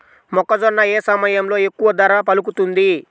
మొక్కజొన్న ఏ సమయంలో ఎక్కువ ధర పలుకుతుంది?